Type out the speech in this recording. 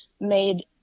made